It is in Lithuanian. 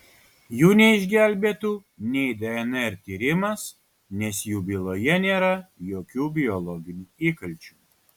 jų neišgelbėtų nei dnr tyrimas nes jų byloje nėra jokių biologinių įkalčių